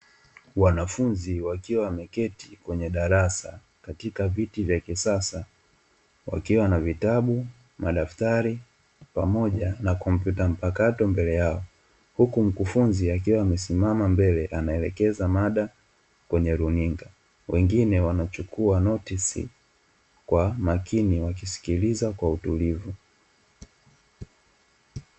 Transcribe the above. Wanafunzi wakiwa wameketi kwenye darasa, katika viti vya kisasa wakiwa na vitabu, madaftari pamoja na kompyuta mpakato mbele yao. Huku mkufunzi akiwa amesimama mbele anaelekeza mada kwenye runinga, wengine wanachukua notisi, kwa makini wakisikiliza kwa utulivu.